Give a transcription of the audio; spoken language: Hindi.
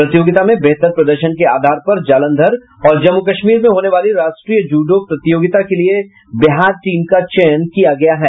प्रतियोगिता में बेहतर प्रदर्शन के आधार पर जालंधर और जम्मू कश्मीर में होने वाली राष्ट्रीय जूडो प्रतियोगिता के लिए बिहार टीम का चयन किया गया है